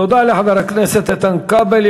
תודה לחבר הכנסת איתן כבל.